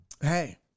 hey